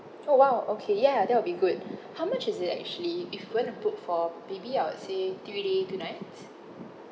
oh !wow! okay ya that will be good how much is it actually if you want to book for maybe I would say three day two nights